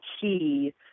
key